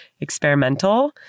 experimental